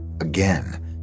again